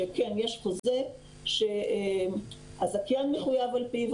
שכן יש חוזה שהזכיין מחויב על פיו,